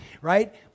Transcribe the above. Right